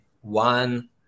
One